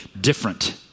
different